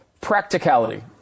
practicality